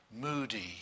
Moody